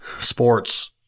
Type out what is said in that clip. sports